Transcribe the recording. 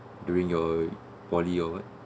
during your poly or what